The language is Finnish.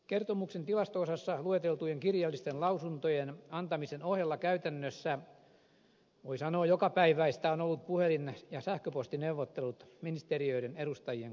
kertomuksen tilasto osassa lueteltujen kirjallisten lausuntojen antamisen ohella käytännössä voi sanoa jokapäiväisiä ovat olleet puhelin ja sähköpostineuvottelut ministeriöiden edustajien kanssa